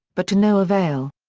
but to no avail.